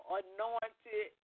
anointed